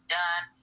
done